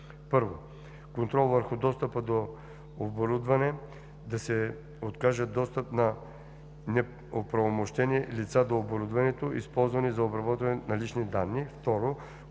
1. контрол върху достъпа до оборудване – да се откаже достъп на неоправомощени лица до оборудването, използвано за обработване на лични данни;